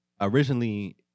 originally